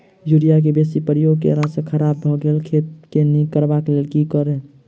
Urea केँ बेसी प्रयोग केला सऽ खराब भऽ गेल खेत केँ नीक करबाक लेल की उपाय?